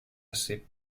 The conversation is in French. assez